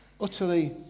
Utterly